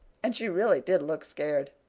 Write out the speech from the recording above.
and she really did looked scared.